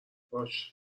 باشه